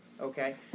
okay